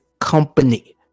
company